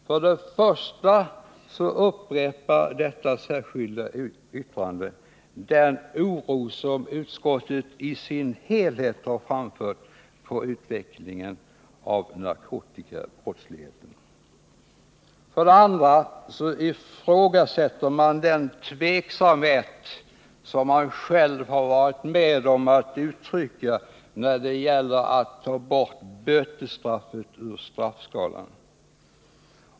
För det första upprepas i detta särskilda yttrande den oro som utskottet i sin helhet har framfört när det gäller utvecklingen av narkotikabrottsligheten. För det andra ifrågasätter man den tveksamhet som man själv har varit med om att uttrycka när det gäller att ta bort bötesstraffet ur straffskalan.